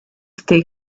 stay